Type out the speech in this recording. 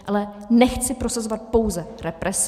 Ale nechci prosazovat pouze represi.